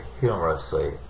humorously